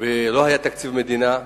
ולא היה תקציב מדינה,